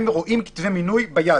הם רואים כתבי מינוי ביד,